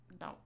No